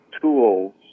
tools